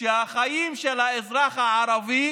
שהחיים של האזרח הערבי